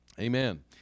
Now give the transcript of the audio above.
Amen